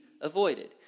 avoided